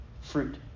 fruit